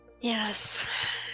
yes